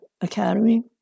Academy